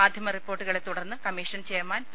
മാധ്യമ റിപ്പോർട്ടുകളെത്തുടർന്ന് commission chairman P